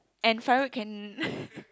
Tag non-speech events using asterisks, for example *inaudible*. and Farouk can *laughs*